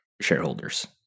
shareholders